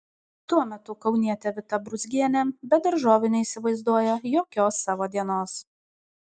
tuo metu kaunietė vita brūzgienė be daržovių neįsivaizduoja jokios savo dienos